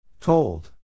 Told